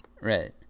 Right